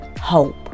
hope